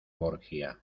borgia